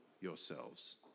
yourselves